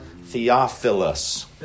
Theophilus